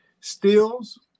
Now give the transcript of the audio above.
Stills